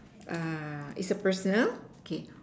is a personal okay